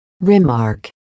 Remark